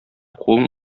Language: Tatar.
кулын